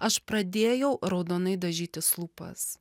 aš pradėjau raudonai dažytis lūpas